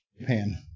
Japan